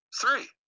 three